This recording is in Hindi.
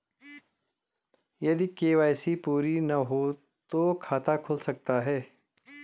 यदि के.वाई.सी पूरी ना हो तो खाता खुल सकता है?